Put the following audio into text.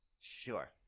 Sure